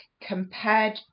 compared